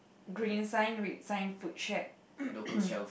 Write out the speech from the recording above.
green sign red sign food check